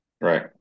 Right